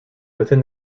within